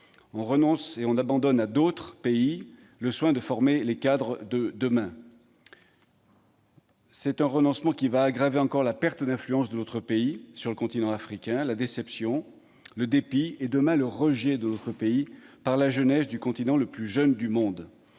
un renoncement. On abandonne à d'autres pays le soin de former les cadres de demain. Ce renoncement va aggraver la perte d'influence de la France sur le continent africain, la déception, le dépit et, demain, le rejet de notre pays par la jeunesse du continent le plus jeune du monde.